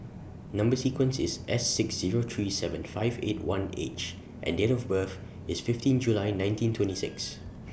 Number sequence IS S six Zero three seven five eight one H and Date of birth IS fifteen July nineteen twenty six